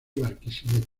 barquisimeto